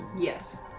Yes